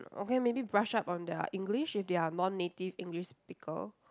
okay maybe brush up on their English if they are non-native English speaker